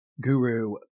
guru